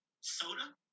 soda